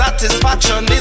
Satisfaction